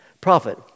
prophet